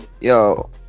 Yo